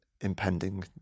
impending